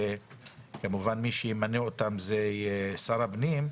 וכמובן מי שימנה אותם הוא שר הפנים,